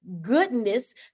goodness